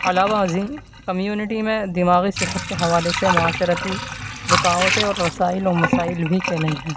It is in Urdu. علاوہ ازیں کمیونٹی میں دماغی صحت کے حوالے سے معاشرتی رکاوٹیں اور رسائل و مسائل بھی چیلیج ہیں